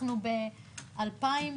אנחנו ב-2021,